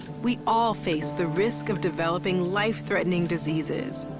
we all face the risk of developing life-threatening diseases.